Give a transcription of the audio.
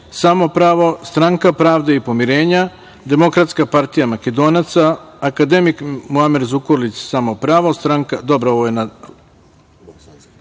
Samo pravo, Stranka pravde i pomirenja, Demokratska partija Makedonaca / Akademik Muamer Zukorlić - Samo pravo - Stranka